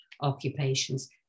occupations